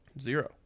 Zero